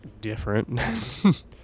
different